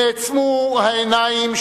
"נעצמו העיניים,